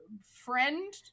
friend